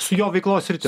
su jo veiklos sritim